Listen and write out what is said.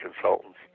consultants